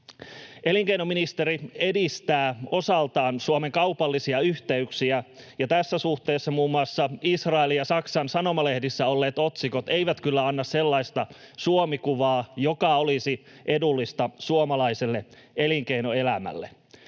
Elinkeinoministeri edistää osaltaan Suomen kaupallisia yhteyksiä, ja tässä suhteessa muun muassa Israelin ja Saksan sanomalehdissä olleet otsikot eivät kyllä anna sellaista Suomi-kuvaa, joka olisi edullista suomalaiselle elinkeinoelämälle.